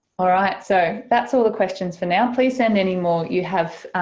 alright so that's all the questions for now. please send any more you have,